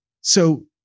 So-